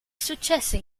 successe